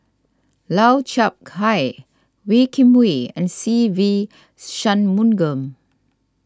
Lau Chiap Khai Wee Kim Wee and Se Ve Shanmugam